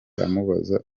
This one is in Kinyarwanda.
amubaza